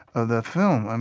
of the film. and